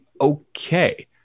okay